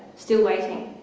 still waiting.